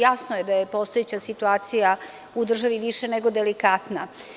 Jasno je da je postojeća situacija u državi više nego delikatna.